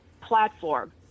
platform